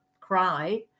cry